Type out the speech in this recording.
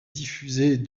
diffusée